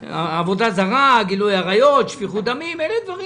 עבודה זרה, גילוי עריות, שפיכות דמים אלה דברים